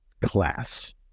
class